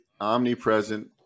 omnipresent